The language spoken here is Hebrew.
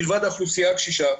מלבד האוכלוסייה הקשישה,